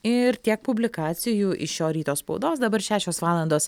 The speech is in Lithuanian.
ir tiek publikacijų iš šio ryto spaudos dabar šešios valandos